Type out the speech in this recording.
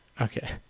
Okay